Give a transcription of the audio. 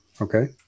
Okay